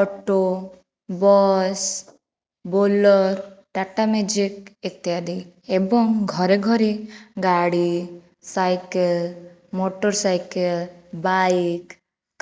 auto bus Bolero Tata magic ଇତ୍ୟାଦି ଏବଂ ଘରେ ଘରେ ଗାଡ଼ି ସାଇକେଲ ମୋଟର ସାଇକେଲ ବାଇକ୍